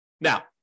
Now